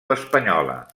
espanyola